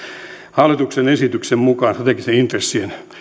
hallituksen esityksen mukaan strategisten intressien